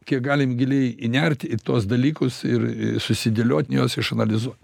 kiek galim giliai įnert į tuos dalykus ir susidėliot juos išanalizuot